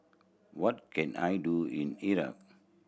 what can I do in Iraq